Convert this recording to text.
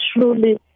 truly